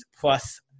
plus